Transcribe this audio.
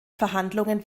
verhandlungen